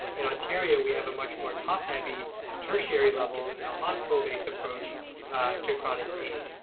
in ontario, we have a much more top heavy tertiary level, you know hospital-based approach to chronic pain.